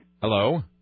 Hello